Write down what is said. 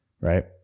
Right